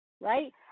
right